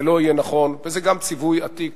זה לא יהיה נכון, וזה גם ציווי עתיק